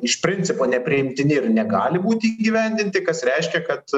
iš principo nepriimtini ir negali būti įgyvendinti kas reiškia kad